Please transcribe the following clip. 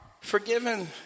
forgiven